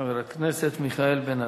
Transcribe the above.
חבר הכנסת מיכאל בן-ארי.